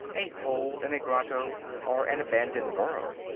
a hole in a grotto, or an abandoned burrow.